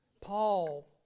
Paul